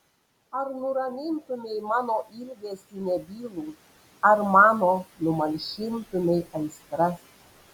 ar nuramintumei mano ilgesį nebylų ar mano numalšintumei aistras